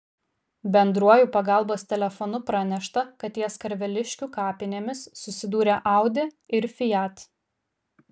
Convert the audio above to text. bendruoju pagalbos telefonu pranešta kad ties karveliškių kapinėmis susidūrė audi ir fiat